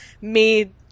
made